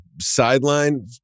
sideline